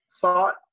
thought